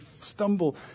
stumble